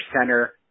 center